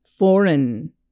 foreign